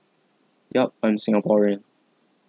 yup I'm singaporean